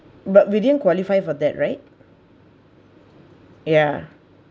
but we didn't qualify for that right ya